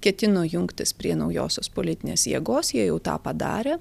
ketino jungtis prie naujosios politinės jėgos jie jau tą padarė